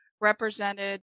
represented